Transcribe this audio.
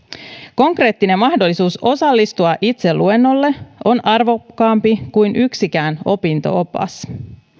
konkreettinen mahdollisuus osallistua itse luennolle on arvokkaampi kuin yksikään opinto opas